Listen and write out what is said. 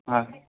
હા